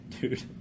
dude